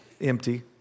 Empty